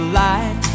light